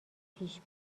پیش